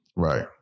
Right